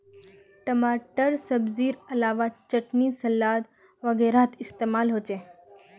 टमाटर सब्जिर अलावा चटनी सलाद वगैरहत इस्तेमाल होचे